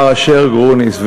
מר אשר גרוניס,